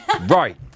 Right